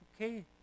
Okay